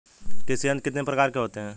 कृषि यंत्र कितने प्रकार के होते हैं?